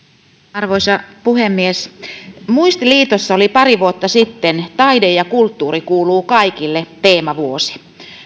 arvoisa puhemies muistiliitossa oli pari vuotta sitten taide ja kulttuuri kuuluu kaikille teemavuosi